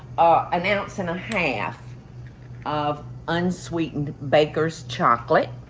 an ounce and a half of unsweetened baker's chocolate.